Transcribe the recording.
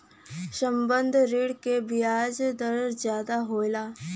संबंद्ध ऋण के बियाज दर जादा होला